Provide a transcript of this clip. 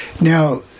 now